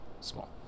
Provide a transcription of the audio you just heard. small